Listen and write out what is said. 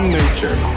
nature